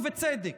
ובצדק,